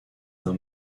d’un